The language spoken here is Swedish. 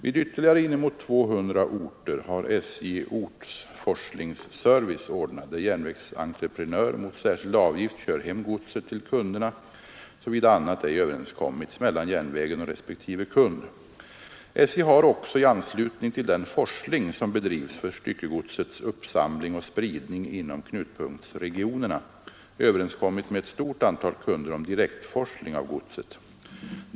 På ytterligare inemot 200 orter har SJ ortsforslingsservice ordnad, där järnvägsentreprenör mot särskild avgift kör hem godset till kunderna, såvida annat ej överenskommits mellan järnvägen och respektive kund. SJ har också i anslutning till den forsling, som bedrivs för styckegodsets uppsamling och spridning inom knutpunktsregionerna, överenskommit med ett stort antal kunder om direktforsling av godset.